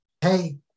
Hey